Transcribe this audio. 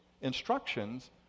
instructions